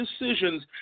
decisions